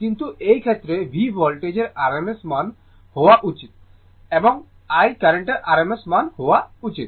কিন্তু এই ক্ষেত্রে V ভোল্টেজের rms মান হওয়া উচিত এবং I কার্রেন্টের rms মান হওয়া উচিত